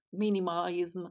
minimalism